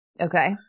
Okay